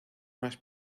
más